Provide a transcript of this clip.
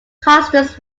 customs